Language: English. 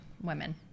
women